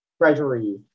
Treasury